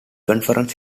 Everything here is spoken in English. conference